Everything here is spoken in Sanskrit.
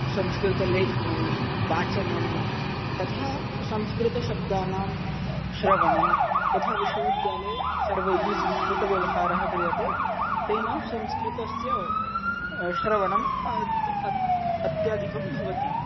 संस्कृतलेखनं पाचनं तथा संस्कृतशब्दानां श्रवणं यथा विश्वविद्यालये सर्वैः संस्कृतव्यवहारः क्रियते तेन संस्कृतस्य श्रवणम् अद्य अद्य अत्याधिकं भवति